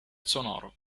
sonoro